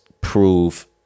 prove